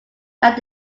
that